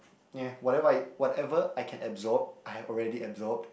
ya whatever I whatever I can absorb I have already absorbed